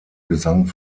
gesang